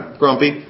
grumpy